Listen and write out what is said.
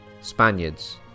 Spaniards